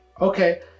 Okay